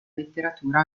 letteratura